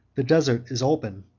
the desert is open,